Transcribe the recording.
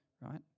right